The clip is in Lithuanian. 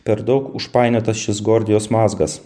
per daug užpainiotas šis gordijos mazgas